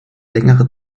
längere